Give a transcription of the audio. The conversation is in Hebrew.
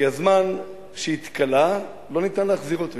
כי הזמן שהתכלה, לא ניתן להחזיר אותו.